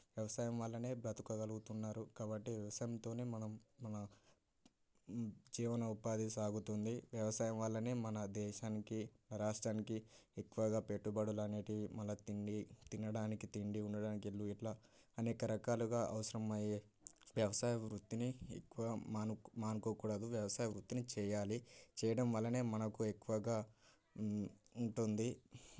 వ్యవసాయం వల్ల బ్రతకగలుగుతున్నారు కాబట్టి వ్యవసాయంతో మనం మన జీవన ఉపాధి సాగుతుంది వ్యవసాయం వల్ల మన దేశానికి రాష్ట్రానికి ఎక్కువగా పెట్టుబడులు అనేవి మన తిండి తినడానికి తిండి ఉండడానికి ఇల్లు ఇట్లా అనేక రకాలుగా అవసరమయ్యే వ్యవసాయ వృత్తిని ఎక్కువగా మాను మానుకోకూడదు వ్యవసాయ వృత్తిని చేయాలి చేయడం వలన మనకు ఎక్కువగా ఉంటుంది